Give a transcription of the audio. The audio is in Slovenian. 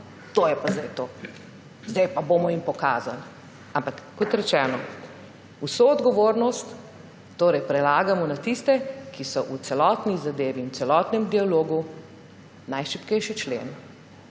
to je pa zdaj to, zdaj jim pa bomo pokazali. Ampak kot rečeno, vso odgovornost prelagamo na tiste, ki so v celotni zadevi in celotnem dialogu najšibkejši člen.